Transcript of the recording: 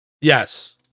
Yes